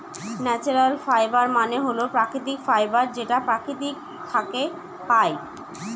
natural fibre মানে হল প্রাকৃতিক ফাইবার যেটা প্রকৃতি থাকে পাই